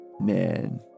Man